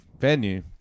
venue